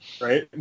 right